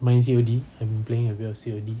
main C_O_D and playing a bit of C_O_D